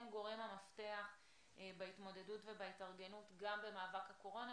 הם גורם המפתח בהתמודדות ובהתארגנות גם במאבק הקורונה,